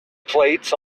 plates